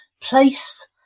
place